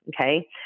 Okay